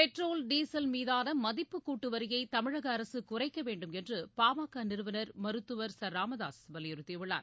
petrol diesel மீதான மதிப்பு கூட்டுவரியை தமிழக அரசு குறைக்கவேண்டும் என்று பா ம க நிறுவனர் மருத்துவர் ச ராமதாசு வலியுறுத்தி உள்ளார்